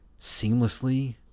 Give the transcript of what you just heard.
seamlessly